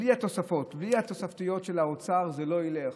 בלי התוספות, בלי התוספתיות של האוצר זה לא ילך.